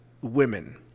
women